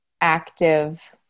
active